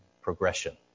progression